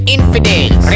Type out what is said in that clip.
Infidels